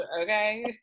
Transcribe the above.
Okay